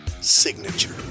signature